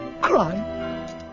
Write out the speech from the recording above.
cry